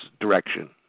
direction